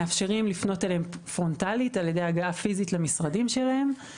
מאפשרים לפנות אליהם פרונטלית על ידי הגעה פיזית למשרדים שלהם.